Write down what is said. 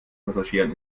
passagieren